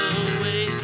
away